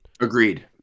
agreed